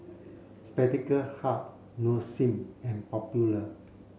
Spectacle Hut Nong Shim and Popular